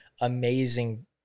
amazing